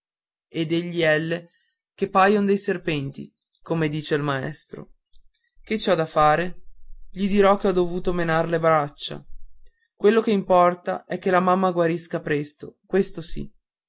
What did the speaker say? e degli l che paion serpenti come dice il maestro che ci ho da fare gli dirò che ho dovuto menar le braccia quello che importa è che la mamma guarisca presto questo sì